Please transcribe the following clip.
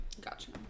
Gotcha